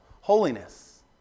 Holiness